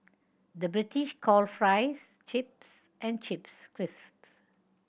the British call fries chips and chips crisps